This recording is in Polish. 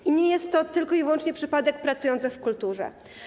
I nie jest to tylko i wyłącznie przypadek pracujących w kulturze.